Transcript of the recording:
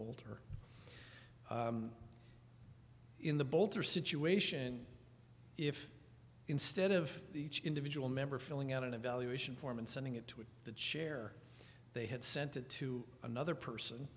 bolter in the bolter situation if instead of each individual member filling out an evaluation form and sending it to the chair they had sent it to another person